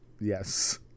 yes